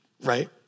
Right